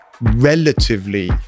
relatively